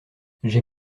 j’ai